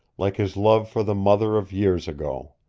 like his love for the mother of years ago.